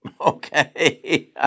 Okay